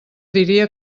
diria